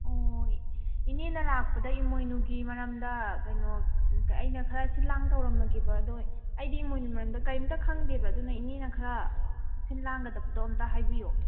ꯑꯣ ꯏꯅꯦꯅ ꯂꯥꯛꯄꯗ ꯏꯃꯣꯏꯅꯨꯒꯤ ꯃꯔꯝꯗ ꯀꯩꯅꯣ ꯑꯩꯅ ꯈꯔ ꯁꯤꯜ ꯂꯥꯡꯕ ꯇꯧꯔꯝꯃꯒꯦꯕ ꯑꯗꯣ ꯑꯩꯗꯤ ꯏꯃꯣꯏꯅꯨꯒꯤ ꯃꯔꯝꯗ ꯀꯔꯤ ꯑꯃꯠꯇ ꯈꯪꯗꯦꯕ ꯑꯗꯨꯅ ꯏꯅꯦꯅ ꯈꯔ ꯁꯤꯜ ꯂꯥꯡꯒꯗꯕꯗꯣ ꯑꯃꯨꯛꯇ ꯍꯥꯏꯕꯤꯌꯣ